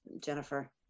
Jennifer